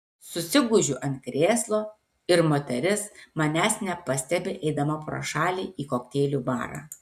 susigūžiu ant krėslo ir moteris manęs nepastebi eidama pro šalį į kokteilių barą